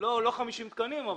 לא 50 תקנים.